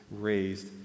raised